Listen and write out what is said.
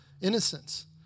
Innocence